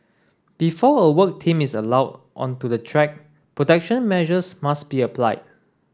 before a work team is allowed onto the track protection measures must be applied